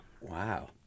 Wow